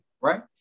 right